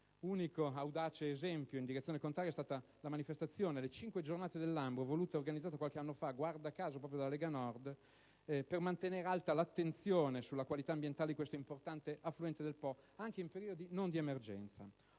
Unico audace esempio in direzione contraria è stata la manifestazione «Le 5 giornate del Lambro» voluta e organizzata qualche anno fa, guarda caso proprio dalla Lega Nord, per mantenere alta l'attenzione sulla qualità ambientale di questo importante affluente del Po anche in periodi non di emergenza.